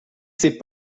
ses